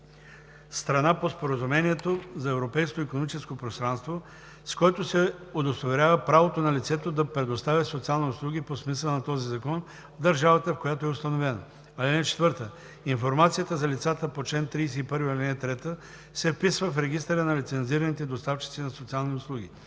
страна по Споразумението за Европейското икономическо пространство, с който се удостоверява правото на лицето да предоставя социални услуги по смисъла на този закон в държавата, в която е установено. (4) Информацията за лицата по чл. 31, ал. 3 се вписва в регистъра на лицензираните доставчици на социални услуги.“